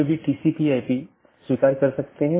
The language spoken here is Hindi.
तो यह दूसरे AS में BGP साथियों के लिए जाना जाता है